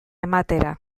ematera